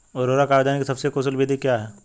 उर्वरक आवेदन की सबसे कुशल विधि क्या है?